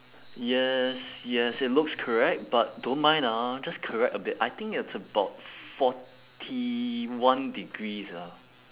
yes yes it looks correct but don't mind ah just correct a bit I think it's about forty one degrees ah